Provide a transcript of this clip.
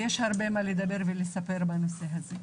יש הרבה מה לדבר ולספר בנושא הזה.